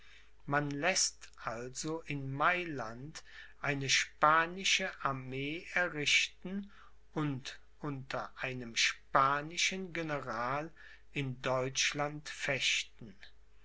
man läßt also in mailand eine spanische armee errichten und unter einem spanischen general in deutschland fechten